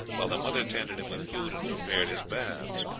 while the mother tended him with food and prepared his baths.